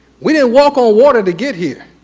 we didn't walk on water to get here.